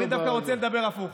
אני דווקא רוצה לדבר הפוך.